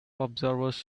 observers